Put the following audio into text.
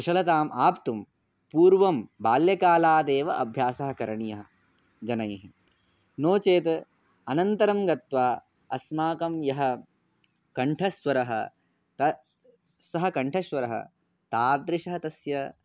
कुशलताम् आप्तुं पूर्वं बाल्यकालादेव अभ्यासः करणीयः जनैः नोचेत् अनन्तरं गत्वा अस्माकं यः कण्ठस्वरः त सः कण्ठस्वरः तादृशः तस्य